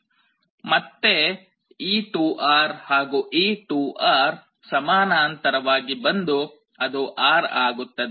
ಮತ್ತೆ ಈ 2R ಹಾಗೂ ಈ 2R ಸಮಾನಾಂತರವಾಗಿ ಬಂದು ಅದು R ಆಗುತ್ತದೆ